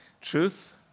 Truth